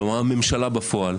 כלומר, הממשלה בפועל.